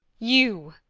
you,